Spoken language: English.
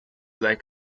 leg